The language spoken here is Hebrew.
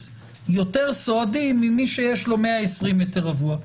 יותר סועדים ממי שיש לו 120 מטר רבוע,